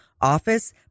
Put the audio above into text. office